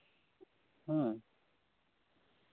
ᱦᱮᱸ